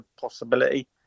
possibility